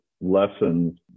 lessons